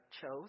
chose